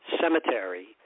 Cemetery